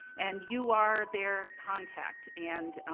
and, you are their contact. and,